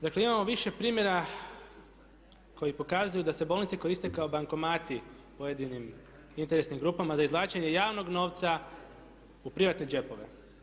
Dakle, imamo više primjera koji pokazuju da se bolnice koriste kao bankomati pojedinim interesnim grupama za izvlačenje javnog novca u privatne džepove.